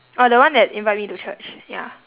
oh the one that invite me to church ya